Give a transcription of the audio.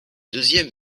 deuxième